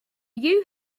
you